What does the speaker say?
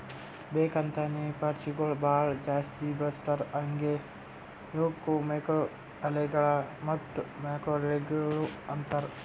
ಬೇಕ್ ಅಂತೇನೆ ಪಾಚಿಗೊಳ್ ಭಾಳ ಜಾಸ್ತಿ ಬೆಳಸ್ತಾರ್ ಹಾಂಗೆ ಇವುಕ್ ಮೈಕ್ರೊಅಲ್ಗೇಗಳ ಮತ್ತ್ ಮ್ಯಾಕ್ರೋಲ್ಗೆಗಳು ಅಂತಾರ್